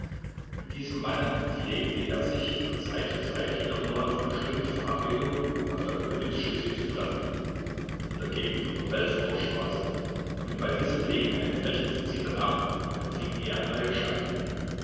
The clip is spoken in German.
mit diesem manne pflegte er sich von zeit zu zeit jedoch nur auf bestimmte verabredung auf der königs chaussee zu treffen in der gegend der belforter straße und bei dieser gelegenheit rechneten sie dann ab und empfing er neue scheine